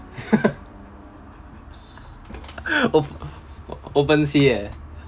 op~ open sea eh